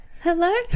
Hello